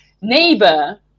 neighbor